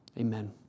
Amen